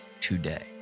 today